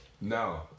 No